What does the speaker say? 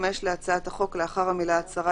אחרי המילים: "לאחר ההכרזה",